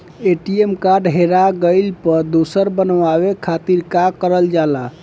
ATM card हेरा गइल पर दोसर बनवावे खातिर का करल जाला?